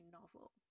novel